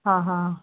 ਹਾਂ ਹਾਂ